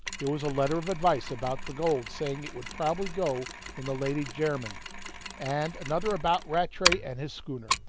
there was a letter of advice about the gold, saying it would probably go in the lady jermyn and another about rattray and his schooner,